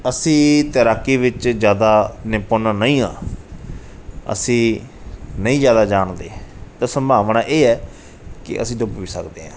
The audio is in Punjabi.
ਅਸੀਂ ਤੈਰਾਕੀ ਵਿੱਚ ਜ਼ਿਆਦਾ ਨਿਪੁੰਨ ਨਹੀਂ ਹਾਂ ਅਸੀਂ ਨਹੀਂ ਜ਼ਿਆਦਾ ਜਾਣਦੇ ਤਾਂ ਸੰਭਾਵਨਾ ਇਹ ਹੈ ਕਿ ਅਸੀਂ ਡੁੱਬ ਵੀ ਸਕਦੇ ਹਾਂ